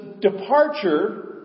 departure